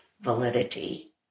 validity